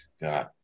God